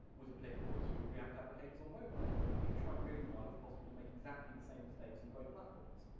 was applicable to react applications on mobile. if you try really hard, it's possible to make exactly the same mistakes on both platforms.